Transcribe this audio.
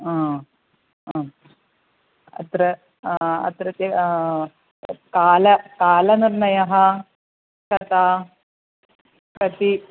आ आ अत्र अत्र के कालं कालनिर्णयः कति कति